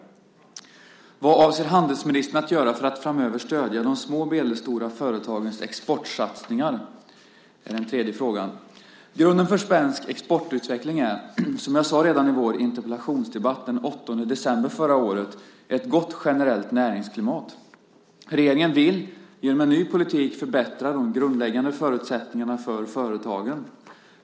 Vad avser handelsministern att göra för att framöver stödja de små och medelstora företagens exportsatsningar? Grunden för svensk exportutveckling är, som jag sade redan i vår interpellationsdebatt den 8 december förra året, ett gott generellt näringsklimat. Regeringen vill genom en ny politik förbättra de grundläggande förutsättningarna för företagen.